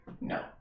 No